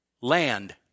Land